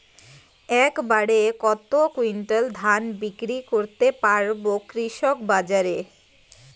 এক বাড়ে কত কুইন্টাল ধান বিক্রি করতে পারবো কৃষক বাজারে?